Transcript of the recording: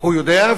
הוא יודע,